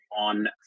on